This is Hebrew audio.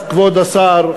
כבוד השר,